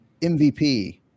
MVP